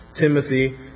Timothy